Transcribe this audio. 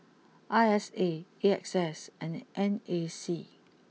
I S A A X S and N A C